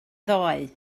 ddoe